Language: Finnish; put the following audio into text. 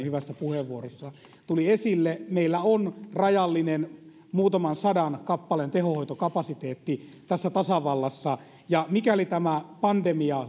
hyvässä puheenvuorossa tuli esille meillä on rajallinen muutaman sadan kappaleen tehohoitokapasiteetti tässä tasavallassa ja mikäli tämä pandemia